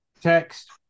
text